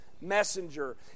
messenger